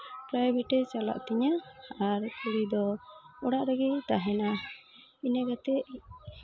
private ᱮ ᱪᱟᱞᱟᱜ ᱛᱤᱧᱟᱹ ᱟᱨ ᱩᱱᱤ ᱫᱚ ᱚᱲᱟᱜ ᱨᱮᱜᱮᱭ ᱛᱟᱦᱮᱱᱟ ᱤᱱᱟᱹ ᱠᱟᱛᱮᱫ